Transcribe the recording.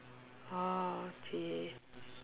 !huh! !chey!